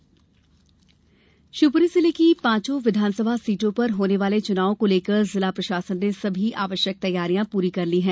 शिवपुरी चुनाव तैयारी शिवपुरी जिले की पांच विधानसभा सीटों पर होने वाले चुनावों को लेकर जिला प्रशासन ने सभी आवश्यक तैयारियां पूरी कर ली हैं